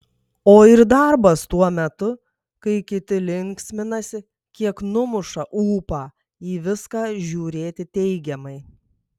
o ir darbas tuo metu kai kiti linksminasi kiek numuša ūpą į viską žiūrėti teigiamai